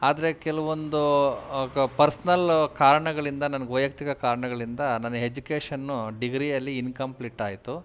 ಆದರೆ ಕೆಲವೊಂದೂ ಆಗ ಪರ್ಸ್ನಲ್ ಕಾರಣಗಳಿಂದ ನನಗೆ ವೈಯಕ್ತಿಕ ಕಾರಣಗಳಿಂದ ನನ್ನ ಎಜುಕೇಶನ್ನು ಡಿಗ್ರಿಯಲ್ಲಿ ಇನ್ಕಂಪ್ಲೀಟ್ ಆಯಿತು